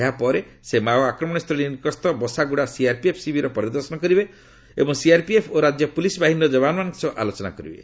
ଏହାପରେ ସେ ମାଓ ଆକ୍ରମଣସ୍ଥଳୀ ନିକଟସ୍ଥ ବସାଗୁଡା ସିଆର୍ପିଏଫ୍ ଶିବିର ପରିଦର୍ଶନ କରିବେ ଏବଂ ସିଆର୍ପିଏଫ୍ ଓ ରାଜ୍ୟ ପୁଲିସ ବାହିନୀର ଜବାନମାନଙ୍କ ସହ ଆଲୋଚନା କରିବେ